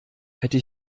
hätte